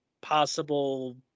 possible